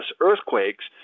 earthquakes